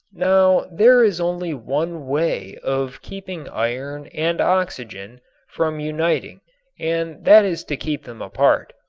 now there is only one way of keeping iron and oxygen from uniting and that is to keep them apart.